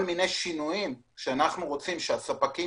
כל מיני שינויים שאנחנו רוצים שהספקים